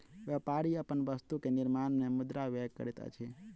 व्यापारी अपन वस्तु के निर्माण में मुद्रा व्यय करैत अछि